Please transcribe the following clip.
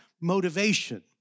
motivation